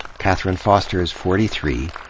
kathryne foster is forty three.